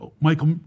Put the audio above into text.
Michael